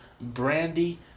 Brandy